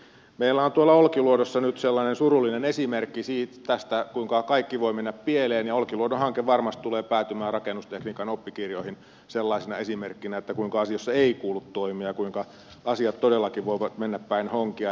meillä on tuolla olkiluodossa nyt sellainen surullinen esimerkki siitä kuinka kaikki voi mennä pieleen ja olkiluodon hanke varmasti tulee päätymään rakennustekniikan oppikirjoihin sellaisena esimerkkinä kuinka asioissa ei kuulu toimia ja kuinka asiat todellakin voivat mennä päin honkia